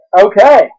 Okay